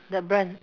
the brand